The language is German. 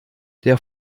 der